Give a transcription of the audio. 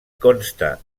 consta